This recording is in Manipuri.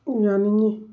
ꯌꯥꯅꯤꯡꯉꯤ